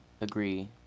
agree